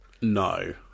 No